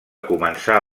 començar